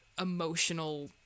emotional